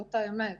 זאת האמת,